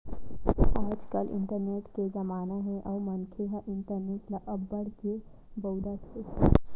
आजकाल इंटरनेट के जमाना हे अउ मनखे ह इंटरनेट ल अब्बड़ के बउरत हे